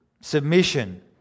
Submission